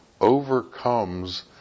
overcomes